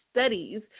studies